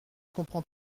comprends